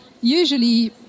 usually